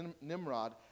Nimrod